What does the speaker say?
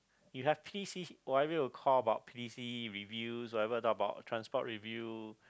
you have P C you call about P C E reviews whatever talk about transport review